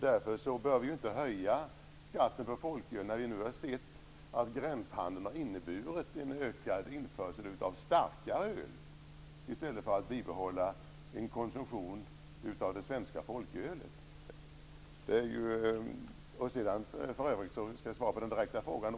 Vi bör inte höja skatten på folköl nu när vi har sett att gränshandeln har medfört en ökad införsel av starkare öl. Det hjälper oss inte att bibehålla en konsumtion av det svenska folkölet. Jag vill också svara på den direkta frågan.